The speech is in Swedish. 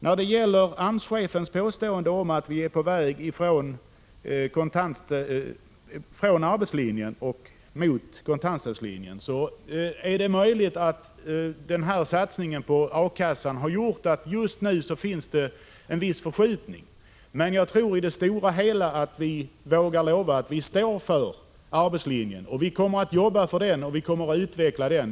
Beträffande AMS-chefens påstående om att vi är på väg från arbetslinjen mot kontantstödslinjen vill jag säga följande: Det är möjligt att den här satsningen på A-kassan har gjort att det just nu finns en viss förskjutning. Men jag tror att vi i det stora hela vågar lova att vi står för arbetslinjen, och vi kommer att arbeta för och utveckla den.